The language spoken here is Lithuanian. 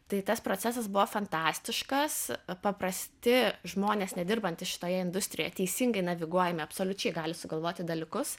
tai tas procesas buvo fantastiškas paprasti žmonės nedirbantys šitoje industrijoje teisingai naviguojami absoliučiai gali sugalvoti dalykus